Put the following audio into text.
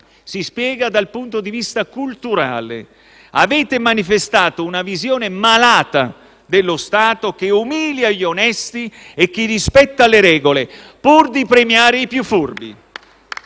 Si spiega dal punto di vista culturale: avete manifestato una visione malata dello Stato che umilia gli onesti e chi rispetta le regole pur di premiare i più furbi.